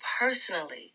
personally